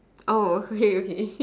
oh okay okay